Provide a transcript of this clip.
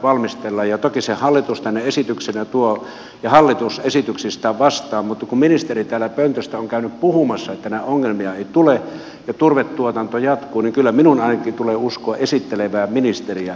toki sen hallitus tänne esityksenä tuo ja hallitus esityksistään vastaa mutta kun ministeri täällä pöntöstä on käynyt puhumassa että ongelmia ei tule ja turvetuotanto jatkuu niin kyllä minun ainakin tulee uskoa esittelevää ministeriä